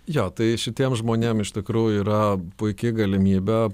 jo tai šitiem žmonėm iš tikrųjų yra puiki galimybė